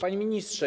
Panie Ministrze!